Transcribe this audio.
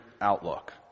outlook